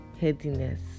headiness